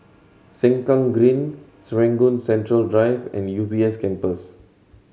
Sengkang Green Serangoon Central Drive and U B S Campus